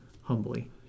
humbly